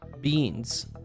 Beans